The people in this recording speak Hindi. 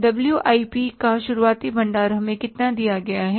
WIP का शुरुआती भंडार हमें कितना दिया जाता है